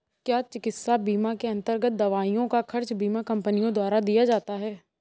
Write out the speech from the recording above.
क्या चिकित्सा बीमा के अन्तर्गत दवाइयों का खर्च बीमा कंपनियों द्वारा दिया जाता है?